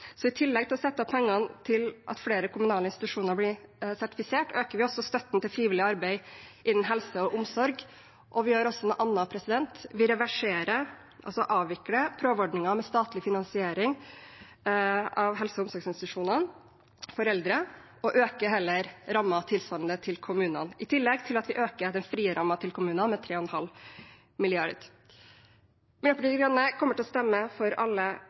Så i tillegg til å sette av penger til at flere kommunale institusjoner blir sertifisert, øker vi støtten til frivillig arbeid innen helse og omsorg. Vi gjør også noe annet: Vi reverserer – altså avvikler – prøveordningen med statlig finansiering av helse- og omsorgsinstitusjonene for eldre og øker heller rammen tilsvarende til kommunene, i tillegg til at vi øker den frie rammen til kommunene med 3,5 mrd. kr. Miljøpartiet De Grønne kommer til å stemme for alle